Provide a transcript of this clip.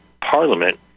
Parliament